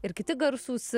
ir kiti garsūs